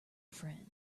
friend